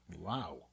Wow